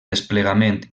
desplegament